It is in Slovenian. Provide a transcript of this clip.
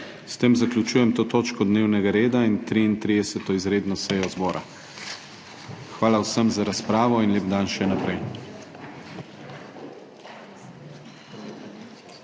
S tem zaključujem to točko dnevnega reda in 33. izredno sejo zbora. Hvala vsem za razpravo in lep dan še naprej.